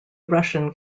russian